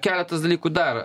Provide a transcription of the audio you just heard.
keletas dalykų dar